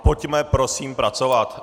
Pojďme prosím pracovat!